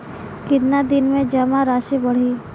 कितना दिन में जमा राशि बढ़ी?